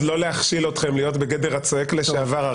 להכשיל אתכם להיות בגדר הצועק לשעבר.